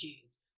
kids